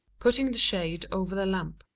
putting the shade over the lamp.